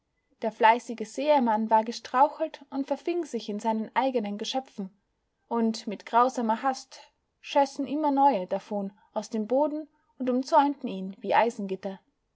der fleißige säemann war gestrauchelt und verfing sich in seinen eigenen geschöpfen und mit grausamer hast schössen immer neue davon aus dem boden und umzäunten ihn wie